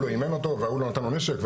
עניין אותו וההוא לא נתן לו נשק?